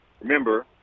Remember